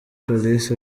kalisa